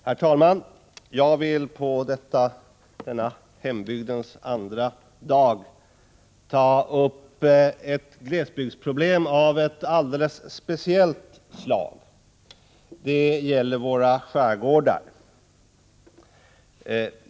Herr talman! Jag vill på denna hembygdens andra dag ta upp ett glesbygdsproblem av alldeles speciellt slag. Det gäller våra skärgårdar.